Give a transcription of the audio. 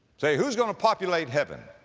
say, who's going to populate heaven?